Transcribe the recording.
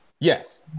Yes